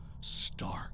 stark